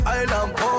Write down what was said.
island